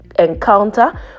encounter